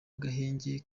gahenge